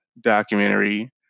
documentary